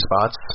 spots